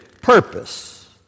purpose